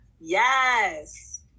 yes